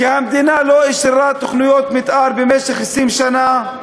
ולא אישרה תוכניות מתאר במשך 20 שנה.